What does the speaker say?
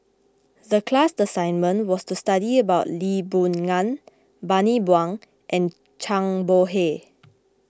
the class assignment was to study about Lee Boon Ngan Bani Buang and Zhang Bohe